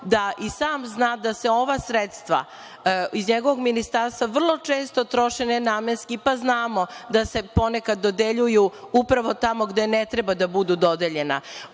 da i sam zna da se ova sredstva iz njegovog ministarstva vrlo često troše nenamenski, pa znamo da se ponekad dodeljuju upravo tamo gde ne treba da budu dodeljena. Nas